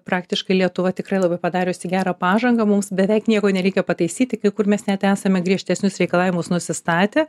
praktiškai lietuva tikrai labai padariusi gerą pažangą mums beveik nieko nereikia pataisyti kai kur mes net esame griežtesnius reikalavimus nusistatę